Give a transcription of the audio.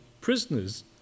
prisoners